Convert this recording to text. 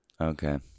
okay